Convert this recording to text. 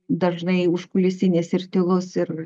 dažnai užkulisinis ir tylus ir